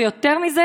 ויותר מזה,